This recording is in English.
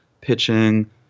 pitching